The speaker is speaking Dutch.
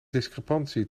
discrepantie